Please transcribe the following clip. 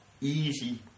easy